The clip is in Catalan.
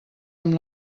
amb